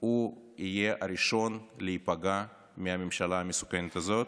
הוא יהיה הראשון להיפגע מהממשלה המסוכנת הזאת,